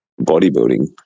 bodybuilding